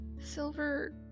Silver